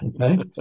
Okay